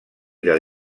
del